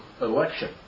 election